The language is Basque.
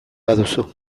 baduzu